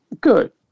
Good